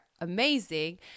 amazing